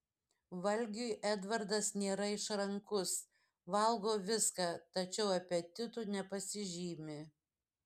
valgiui edvardas nėra išrankus valgo viską tačiau apetitu nepasižymi